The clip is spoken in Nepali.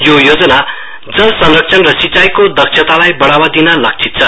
यो योजनाले जल संरक्षण र सिचाईंको दक्षतालाई बढावा दिन लक्षित छ